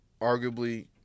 arguably